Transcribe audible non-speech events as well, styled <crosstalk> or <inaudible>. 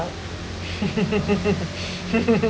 <laughs> <breath> <laughs>